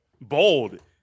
bold